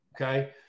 okay